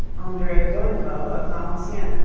andre beauneveu of valenciennes,